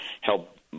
help